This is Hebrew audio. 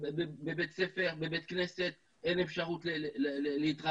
בבתי הספר ובבתי הכנסת אין אפשרות להתרכז,